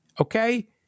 Okay